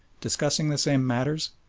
discussing the same matters,